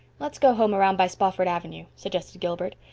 let's go home around by spofford avenue, suggested gilbert.